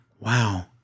wow